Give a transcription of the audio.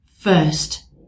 first